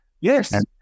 Yes